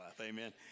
Amen